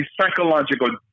psychological